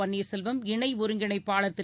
பன்னீர்செல்வம் இணை ஒருங்கிணைப்பாளர் திரு